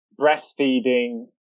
breastfeeding